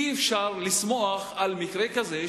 אי-אפשר לשמוח על מקרה כזה,